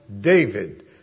David